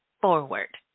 forward